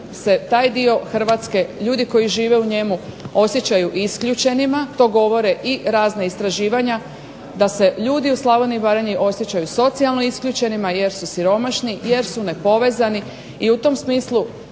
Hrvatske, ljudi koji žive u njemu osjećaju isključenima, to govore i razna istraživanja da se ljudi u Slavoniji i Baranji osjećaju socijalno isključenima, jer su siromašni, jer su nepovezani i u tom smislu